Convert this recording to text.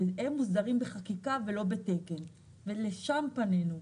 והם מוסדרים בחקיקה, לא בתקן, ולשם פנינו.